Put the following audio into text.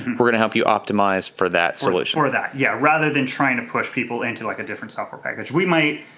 we're gonna help you optimize for that solution. for that, yeah, rather than trying to push people into like a different software package. we might,